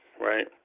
right